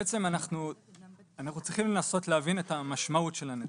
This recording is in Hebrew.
בעצם אנחנו צריכים לנסות להבין את המשמעות של הנתונים.